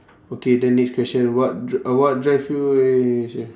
okay then next question what dr~ what drive you